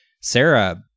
Sarah